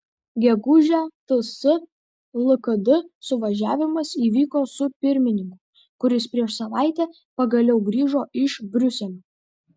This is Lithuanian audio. gegužę ts lkd suvažiavimas įvyko su pirmininku kuris prieš savaitę pagaliau grįžo iš briuselio